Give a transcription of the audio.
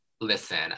listen